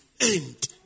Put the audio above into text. end